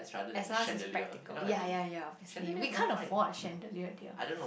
as long as it's practical ya ya ya obviously we can't afford a chandelier dear